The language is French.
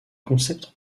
concepts